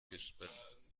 gespenst